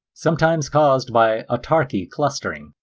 sometimes caused by autarky clustering,